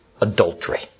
adultery